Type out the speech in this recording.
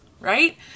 right